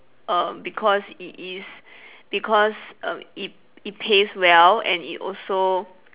err because it is because err it it pays well and it also